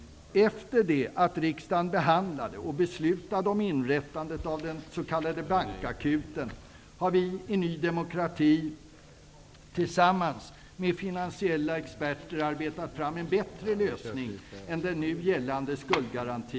Efter det att riksdagen behandlade och beslutade om inrättandet av den s.k. bankakuten har vi i Ny demokrati tillsammans med finansiella experter arbetat fram en bättre lösning än den nu gällande skuldgarantin.